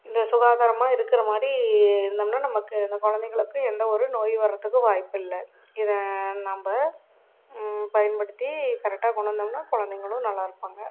இந்த சுகாதாரமாக இருக்கிற மாதிரி இருந்தோம்னால் நமக்கு அந்த குழந்தைங்களுக்கு எந்தவொரு நோய் வர்றதுக்கு வாய்ப்பில்லை இதை நம்ம பயன்படுத்தி கரெக்டா கொண்டு வந்தோம்னால் குழந்தைங்களும் நல்லா இருப்பாங்க